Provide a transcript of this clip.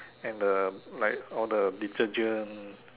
and the like all the detergent